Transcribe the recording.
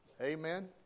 Amen